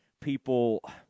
people